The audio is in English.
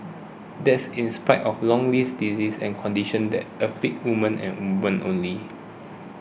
that's in spite of long list diseases and conditions that afflict women and women only